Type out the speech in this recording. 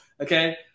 okay